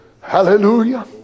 Hallelujah